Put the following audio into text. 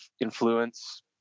influence